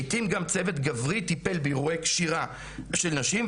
לעיתים גם צוות גברי טיפל באירועי קשירה של נשים,